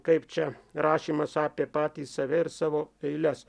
kaip čia rašymas apie patį save ir savo eiles